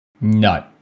No